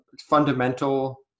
fundamental